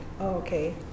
okay